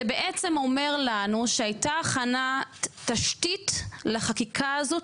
זה בעצם אומר לנו שהייתה הכנת תשתית לחקיקה הזאת,